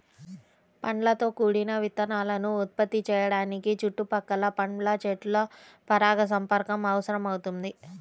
పండ్లతో కూడిన విత్తనాలను ఉత్పత్తి చేయడానికి చుట్టుపక్కల పండ్ల చెట్ల పరాగసంపర్కం అవసరమవుతుంది